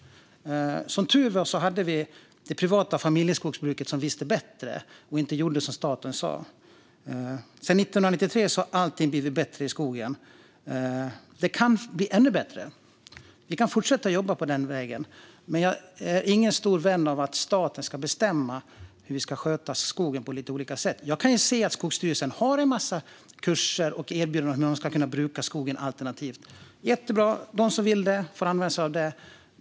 Som tur var fanns det privata familjeskogsbruket, som visste bättre och inte gjorde som staten sa. Sedan 1993 har allting blivit bättre i skogen. Det kan bli ännu bättre; vi kan fortsätta att jobba på den vägen. Men jag är ingen stor vän av att staten på lite olika sätt ska bestämma hur skogen ska skötas. Jag kan se att Skogsstyrelsen har en massa kurser och erbjudanden om hur man ska kunna bruka skogen alternativt. Det är jättebra, och de som vill får använda sig av detta.